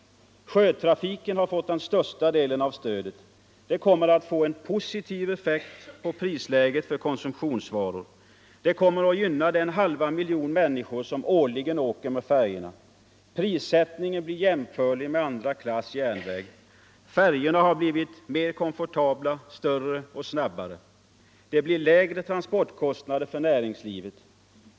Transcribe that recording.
Sjötrafiken har fått den största delen av stödet. Det kommer att ha en positiv effekt på prisläget för konsumtionsvaror. Det kommer att gynna den halva miljon människor som årligen åker med färjorna. Prissättningen blir jämförlig med priserna för resa med andra klass järnväg. Färjorna har gjorts mer komfortabla, större och snabbare. Det blir lägre transportkostnader för näringslivet.